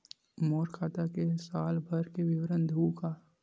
मोर खाता के साल भर के विवरण देहू का?